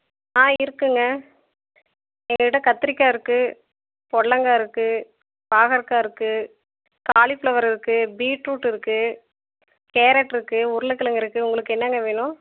ஆ இருக்குங்க எங்கள்கிட்ட கத்திரிக்காய் இருக்கு பொடல்லங்காய் இருக்கு பாகற்காய் இருக்கு காலிஃபிளவர் இருக்கு பீட்ரூட் இருக்கு கேரட் இருக்கு உருளைகெழங்கு இருக்கு உங்களுக்கு என்னங்க வேணும்